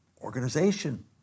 organization